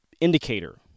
indicator